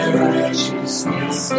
righteousness